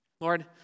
Lord